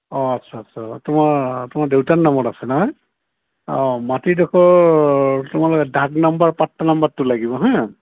অঁ আচ্ছা আচ্ছা তোমাৰ তোমাৰ দেউতাৰ নামত আছে নহয় অঁ মাটিডোখৰ তোমালোকে ডাগ নম্বৰ পাট্টা নম্বৰটো লাগিব হা